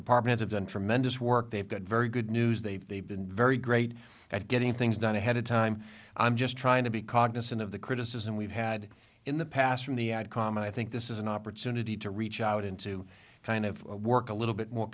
department have done tremendous work they've got very good news they've they've been very great at getting things done ahead of time i'm just trying to be cognizant of the criticism we've had in the past from the atacama i think this is an opportunity to reach out into kind of work a little bit more